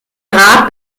grab